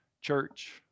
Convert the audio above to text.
Church